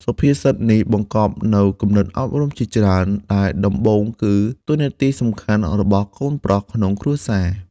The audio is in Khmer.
សុភាសិតនេះបង្កប់នូវគំនិតអប់រំជាច្រើន ដែលដំបូងគឺតួនាទីសំខាន់របស់កូនប្រុសក្នុងគ្រួសារ។